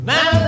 Now